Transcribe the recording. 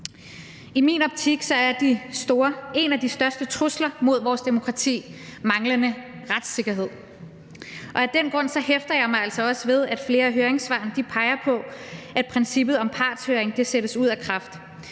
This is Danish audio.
I min optik er en af de største trusler mod vores demokrati manglende retssikkerhed, og af den grund hæfter jeg mig altså også ved, at flere af høringssvarene peger på, at princippet om partshøring sættes ud af kraft.